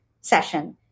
session